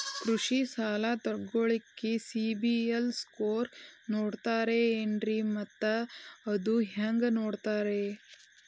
ಕೃಷಿ ಸಾಲ ತಗೋಳಿಕ್ಕೆ ಸಿಬಿಲ್ ಸ್ಕೋರ್ ನೋಡ್ತಾರೆ ಏನ್ರಿ ಮತ್ತ ಅದು ಹೆಂಗೆ ನೋಡ್ತಾರೇ?